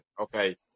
Okay